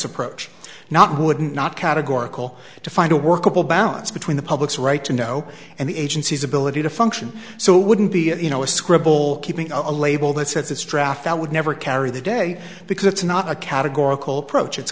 approach not would not categorical to find a workable balance between the public's right to know and the agency's ability to function so it wouldn't be a you know a scribble keeping a label that says it's traffic would never carry the day because it's not a categorical approach it's